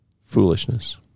Foolishness